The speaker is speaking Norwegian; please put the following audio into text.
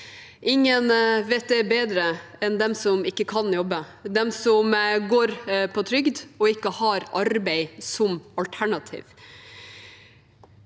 Ingen vet det bedre enn de som ikke kan jobbe, de som går på trygd og ikke har arbeid som alternativ.